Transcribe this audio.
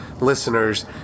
listeners